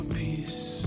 peace